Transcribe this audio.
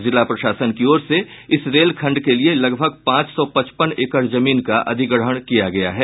जिला प्रशासन की ओर से इस रेलखंड के लिए लगभग पांच सौ पचपन एकड़ जमीन का अधिग्रहण किया गया है